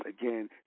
again